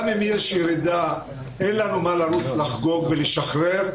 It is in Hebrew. גם אם יש ירידה, אין לנו מה לרוץ לחגוג ולשחרר.